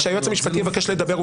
כשהיועץ המשפטי יבקש לדבר,